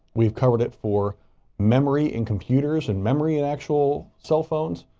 we've covered it for memory and computers and memory and actual cell phones.